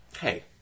hey